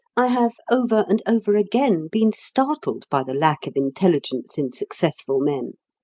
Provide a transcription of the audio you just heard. i have over and over again been startled by the lack of intelligence in successful men.